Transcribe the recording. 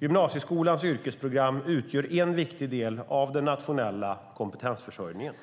Gymnasieskolans yrkesprogram utgör en viktig del av den nationella kompetensförsörjningen.